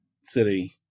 City